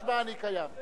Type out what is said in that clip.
משמע אני קיים,